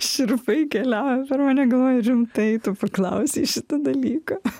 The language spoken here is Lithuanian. šiurpai keliauja per mane galvoji rimtai tu paklausei šito dalyko